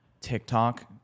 TikTok